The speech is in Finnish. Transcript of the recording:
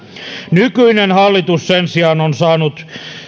nykyinen hallitus on sen sijaan saanut